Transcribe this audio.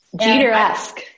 Jeter-esque